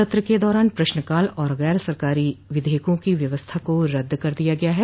सत्र के दौरान प्रश्नकाल और गैर सरकारी विधेयका की व्यवस्था को रद्द कर दिया गया है